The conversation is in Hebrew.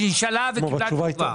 היא נשאלה וקיבלה תשובה.